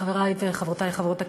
חברי וחברותי חברות הכנסת,